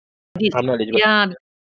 I'm not eligible